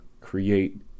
create